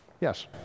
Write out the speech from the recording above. Yes